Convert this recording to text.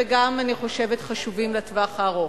ואני חושבת שגם חשובים לטווח הארוך.